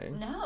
No